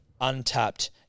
untapped